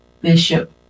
Bishop